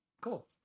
Cool